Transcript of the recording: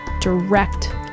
direct